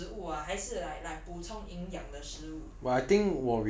比较好的食物 ah 还是 like like 补充营养的食物